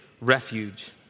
refuge